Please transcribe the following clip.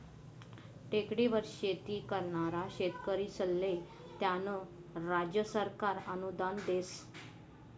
टेकडीवर शेती करनारा शेतकरीस्ले त्यास्नं राज्य सरकार अनुदान देस